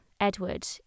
Edward